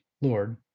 Lord